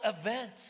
event